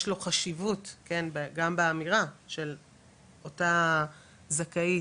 לו חשיבות גם באמירה של אותה זכאית,